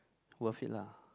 worth it lah